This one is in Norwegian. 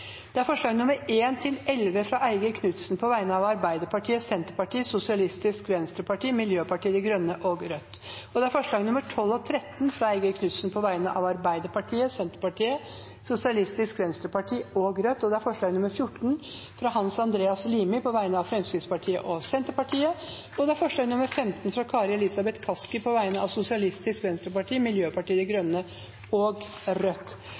Det er forslagene nr. 1–11, fra Eigil Knutsen på vegne av Arbeiderpartiet, Senterpartiet, Sosialistisk Venstreparti, Miljøpartiet De Grønne og Rødt forslagene nr. 12 og 13, fra Eigil Knutsen på vegne av Arbeiderpartiet, Senterpartiet, Sosialistisk Venstreparti og Rødt forslag nr. 14, fra Hans Andreas Limi på vegne av Fremskrittspartiet og Senterpartiet forslag nr. 15, fra Kari Elisabeth Kaski på vegne av Sosialistisk Venstreparti, Miljøpartiet De Grønne og Rødt